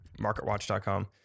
MarketWatch.com